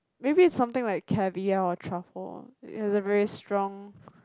maybe is something like Cavier or Truffle it has a very strong